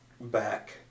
back